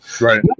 Right